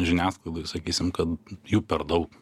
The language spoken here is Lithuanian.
žiniasklaidoj sakysim kad jų per daug